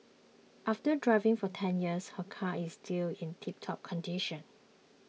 after driving for ten years her car is still in tiptop condition